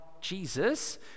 Jesus